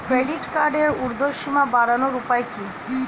Credit কার্ডের উর্ধ্বসীমা বাড়ানোর উপায় কি?